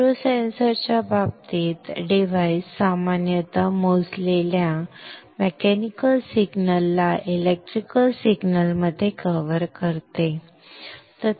micro सेन्सरच्या बाबतीत device सामान्यत मोजलेल्या मेकॅनिकल सिग्नल ला इलेक्ट्रिकल सिग्नल मध्ये कव्हर करते